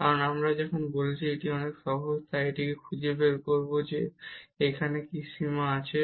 কারণ আমি যেমন বলেছি এটি অনেক সহজ তাই আমরা খুঁজে বের করব যে এখানে কি সীমা আছে